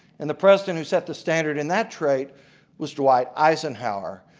and the president who set the standard in that trait was dwight eisenhower.